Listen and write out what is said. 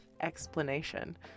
explanation